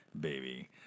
baby